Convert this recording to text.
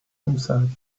himself